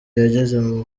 yageze